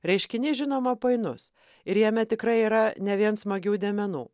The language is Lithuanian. reiškinys žinoma painus ir jame tikrai yra ne vien smagių dėmenų